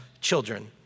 children